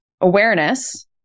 awareness